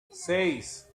seis